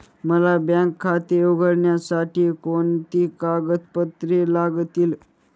मला बँक खाते उघडण्यासाठी कोणती कागदपत्रे लागतील?